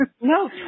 no